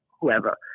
whoever